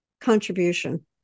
contribution